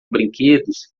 brinquedos